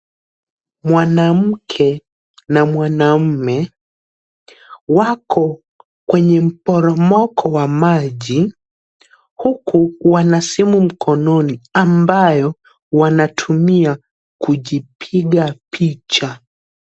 Mwanamke na mwanaume wako kwenye mporomoko wa maji, huku wana simu mkononi ambayo wanatumia kujipiga picha.